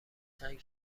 چند